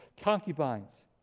concubines